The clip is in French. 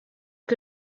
que